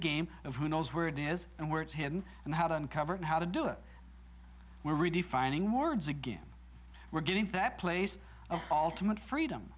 game of who knows where it is and where it's hidden and how to uncover it how to do it we're redefining words again we're getting to that place all too much freedom